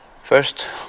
First